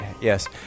yes